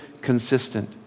consistent